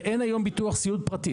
ואין היום ביטוח סיעוד פרטי.